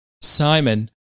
Simon